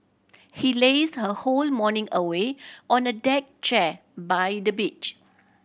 she lazed her whole morning away on a deck chair by the beach